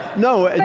no, and